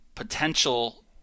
Potential